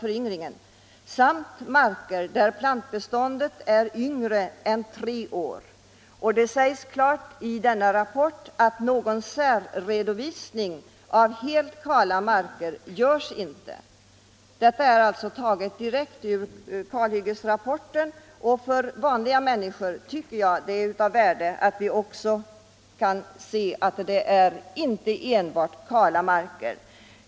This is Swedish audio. Även marker där plantbeståndet är yngre än 3 år betraktas som kalmark.” I rapporten sägs klart att någon särredovisning av de helt kala markerna inte görs. Det är av värde för oss vanliga människor att vi får klart för oss att det inte rör sig om helt kala marker.